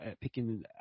picking